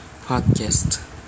Podcast